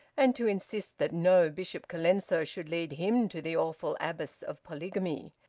and to insist that no bishop colenso should lead him to the awful abyss of polygamy,